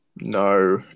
no